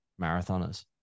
marathoners